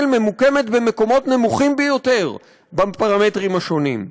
ממוקמת במקומות נמוכים ביותר בפרמטרים השונים.